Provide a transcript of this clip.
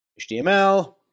HTML